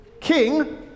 king